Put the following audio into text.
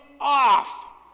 off